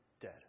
dead